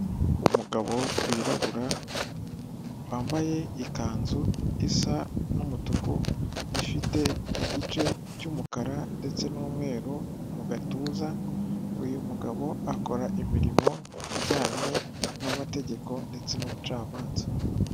Umugabo wirabura, wambaye ikanzu isa n'umutuku, ifite igice cy'umukara ndetse n'umweru mu gatuza, uyu mugabo akora imirimo ijyanye n'amategeko ndetse n'ubucamanza.